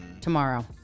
tomorrow